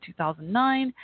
2009